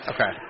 Okay